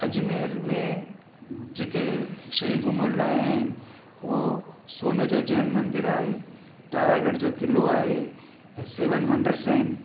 अजमेर में जेके शयूं घुमण लाइ आहिनि उहो सोन जो जैन मंदरु आहे तारागढ़ जो क़िलो आहे ऐं सेवन वंडर्स